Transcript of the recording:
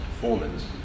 performance